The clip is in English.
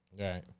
Right